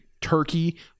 turkey